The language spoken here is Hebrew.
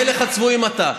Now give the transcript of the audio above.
מלך הצבועים אתה.